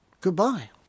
Goodbye